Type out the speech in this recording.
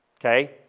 okay